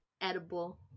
Edible